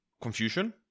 confusion